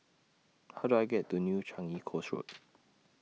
How Do I get to New Changi Coast Road